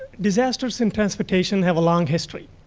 disasters and transportation have a long history.